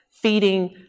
feeding